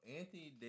Anthony